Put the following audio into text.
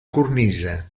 cornisa